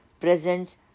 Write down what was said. presents